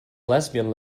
lesbian